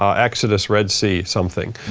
um exodus red sea something.